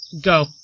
Go